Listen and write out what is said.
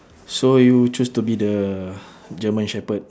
so you choose to be the german shepherd